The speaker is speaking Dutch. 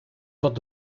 tot